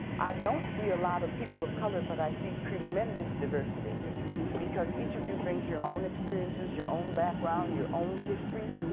i don't see a lot of people of color but i see tremendous diversity because each of you brings your own experiences, your own background, your own history,